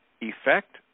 Effect